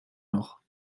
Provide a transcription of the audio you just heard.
noch